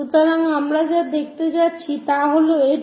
সুতরাং আমরা যা দেখতে যাচ্ছি তা হল এটি